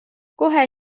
kohe